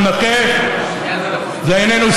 לקריאה שנייה ולקריאה שלישית,